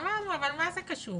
אמרנו אבל מה זה קשור?